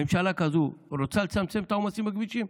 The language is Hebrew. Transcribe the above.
ממשלה כזאת רוצה לצמצם את העומסים בכבישים?